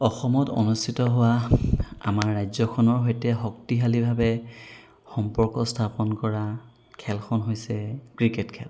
অসমত অনুষ্ঠিত হোৱা আমাৰ ৰাজ্যখনৰ সৈতে শক্তিশালীভাৱে সম্পৰ্ক স্থাপন কৰাৰ খেলখন হৈছে ক্ৰিকেট খেল